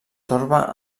torba